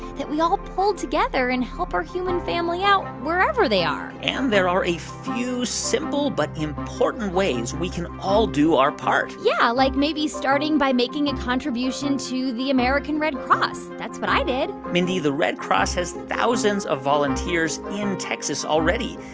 that we all pull together and help our human family out wherever they are and there are a few simple but important ways we can all do our part yeah, like maybe starting by making a contribution to the american red cross. that's what i did mindy, the red cross has thousands of volunteers in texas already.